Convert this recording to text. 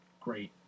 great